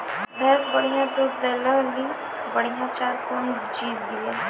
भैंस बढ़िया दूध दऽ ले ली बढ़िया चार कौन चीज दिए?